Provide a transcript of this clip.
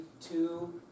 two